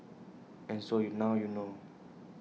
and so you now you know